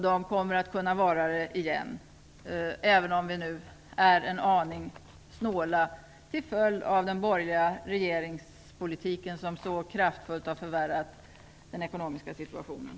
De kommer att kunna vara det igen, även om vi nu är en aning snåla till följd av den borgerliga regeringens politik som så kraftfullt har förvärrat den ekonomiska situationen.